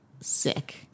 sick